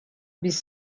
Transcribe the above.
بیست